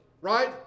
Right